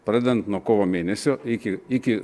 pradedant nuo kovo mėnesio iki iki